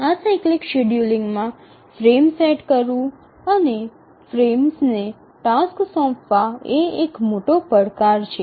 આ સાયક્લિક શેડ્યૂલિંગમાં frame set કરવું અને ફ્રેમ્સને ટાસક્સ સોંપવા એ એક મોટો પડકાર છે